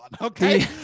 Okay